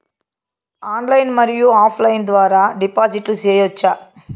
Online మరియు offline ద్వారా డిపాజిట్లు సేయొచ్చా?